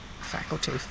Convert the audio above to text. faculty